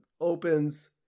opens